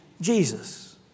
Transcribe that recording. Jesus